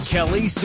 Kelly